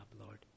Lord